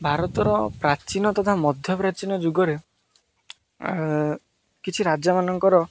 ଭାରତର ପ୍ରାଚୀନ ତଥା ମଧ୍ୟ ପ୍ରାଚୀନ ଯୁଗରେ କିଛି ରାଜାମାନଙ୍କର